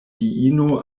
diino